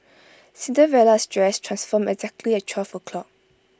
Cinderella's dress transformed exactly at twelve o'clock